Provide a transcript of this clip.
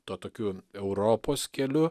tuo tokiu europos keliu